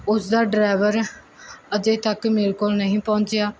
ਉਸਦਾ ਡਰਾਈਵਰ ਅਜੇ ਤੱਕ ਮੇਰੇ ਕੋਲ ਨਹੀਂ ਪਹੁੰਚਿਆ